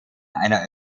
einer